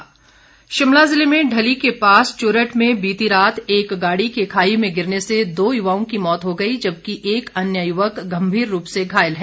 दुर्घटना शिमला ज़िले में ढली के पास चूरट में बीती रात एक गाड़ी के खाई में गिरने दो युवाओं की मौत हो गई जबकि एक अन्य युवक गंभीर रूप से घायल है